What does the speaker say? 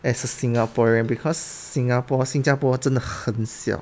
as a singaporean because singapore 新加坡真的很小